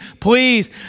please